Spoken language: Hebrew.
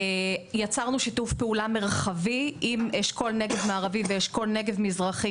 יצרנו שיתוף פעולה מרחבי עם אשכול הנגב המערבי ואשכול הנגב המזרחי,